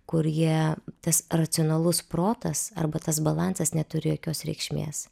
kur jie tas racionalus protas arba tas balansas neturi jokios reikšmės